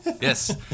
Yes